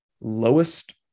lowest